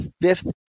fifth